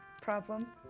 problem